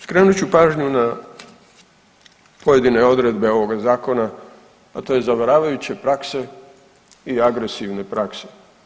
Skrenut ću pažnju na pojedine odredbe ovoga zakona, a to je zavaravajuće prakse i agresivne prakse.